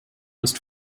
ist